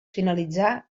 finalitzà